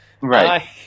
right